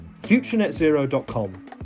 futurenetzero.com